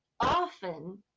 often